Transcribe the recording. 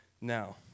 now